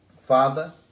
Father